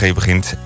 begint